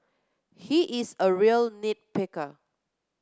he is a real nit picker